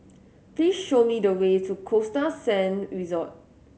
please show me the way to Costa Sand Resort